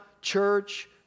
church